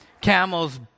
Camel's